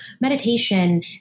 meditation